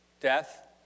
death